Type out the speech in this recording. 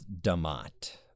Damat